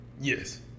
Yes